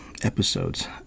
episodes